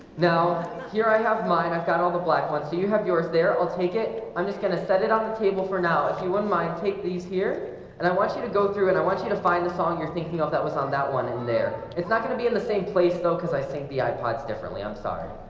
no here. i have mine. i've got all the black ones. do you have yours there? i'll take it i'm just gonna set it on the table for now if you wouldn't mind take these here and i want you to go through and i want you to find the song you're thinking of that was on that one in there. it's not gonna be in the same place though, cuz i think the ipods differently. i'm sorry